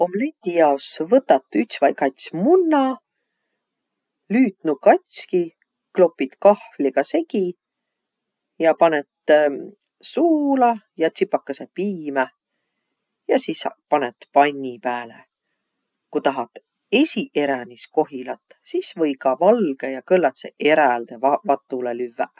Omleti jaos võtat üts vai kats munna, lüüt nu katski, klopit kahvliga segi ja panõt suula ja tsipakõsõ piimä. Ja sis panõt panni pääle. Ku tahat esiqeränis kohilat, sis või ka valgõ ja kõlladsõq eräle va- vatulõ lüvväq.